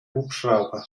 hubschrauber